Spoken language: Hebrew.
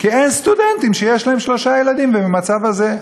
כי אין סטודנטים שיש להם שלושה ילדים והם במצב הזה.